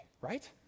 right